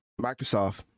microsoft